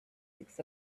six